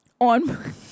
on